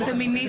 כפמיניסטית,